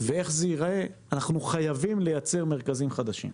ואיך זה ייראה, אנחנו חייבים לייצר מרכזים חדשים.